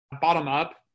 bottom-up